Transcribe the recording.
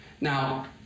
Now